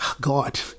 God